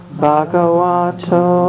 Bhagavato